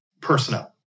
personnel